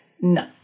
No